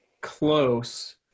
close